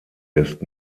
ist